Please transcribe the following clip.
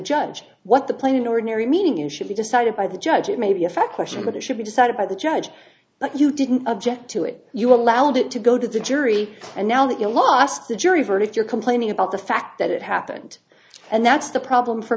judge what the plain ordinary meaning you should be decided by the judge it may be a fact rushing but it should be decided by the judge but you didn't object to it you allowed it to go to the jury and now that you lost the jury verdict you're complaining about the fact that it happened and that's the problem for